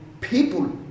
people